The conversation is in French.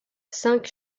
cinq